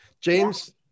James